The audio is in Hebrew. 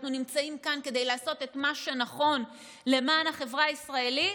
אנחנו נמצאים כאן כדי לעשות את מה שנכון למען החברה הישראלית,